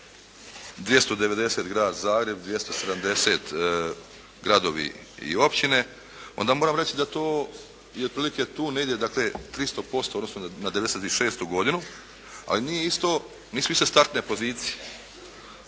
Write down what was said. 290 Grad Zagreb, 270 gradovi i općine, onda moram reći da to je otprilike tu negdje, dakle 300% u odnosu na '96. godinu, ali nije isto, nisu iste startne pozicije,